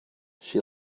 she